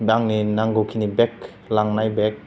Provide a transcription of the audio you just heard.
बा आंनि नांगौ खिनि बेक लांनाय बेक